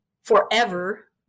forever